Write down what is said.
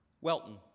Welton